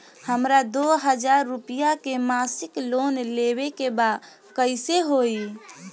हमरा दो हज़ार रुपया के मासिक लोन लेवे के बा कइसे होई?